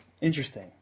interesting